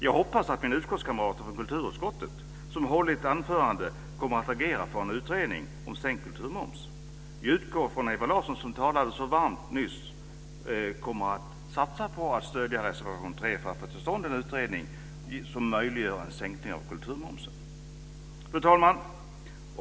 Jag hoppas att mina utskottskamrater från kulturutskottet som har hållit anföranden kommer att agera för en utredning om sänkt kulturmoms. Jag utgår från att Ewa Larsson, som talade så varmt nyss, kommer att satsa på att stödja reservation 3 för att få till stånd en utredning som möjliggör en sänkning av kulturmomsen. Fru talman!